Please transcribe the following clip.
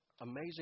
Amazing